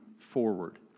forward